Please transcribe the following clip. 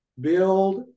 build